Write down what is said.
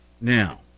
Now